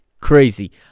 crazy